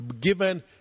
Given